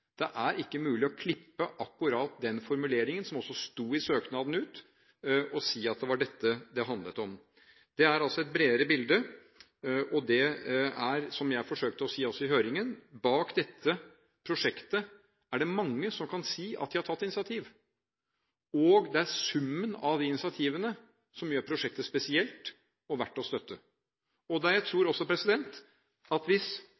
Det er ikke mulig å klippe ut akkurat den formuleringen, som også sto i søknaden, og si at det var dette det handlet om. Det er altså et bredere bilde. Det er, som jeg forsøkte å si også i høringen: Bak dette prosjektet er det mange som kan si at de har tatt initiativ, og det er summen av de initiativene som gjør prosjektet spesielt og verdt å støtte. Jeg tror også at hvis